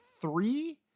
three